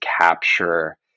capture